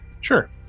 sure